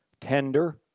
tender